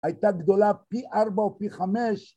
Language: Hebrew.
‫הייתה גדולה פי ארבע או פי חמש.